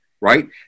right